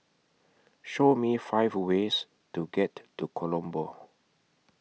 Show Me five ways to get to Colombo